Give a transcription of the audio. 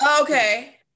Okay